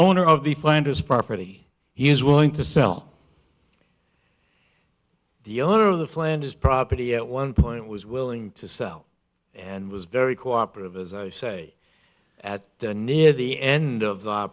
owner of the flanders property he is willing to sell the owner of the flanders property at one point was willing to sell and was very co operative as at the near the end of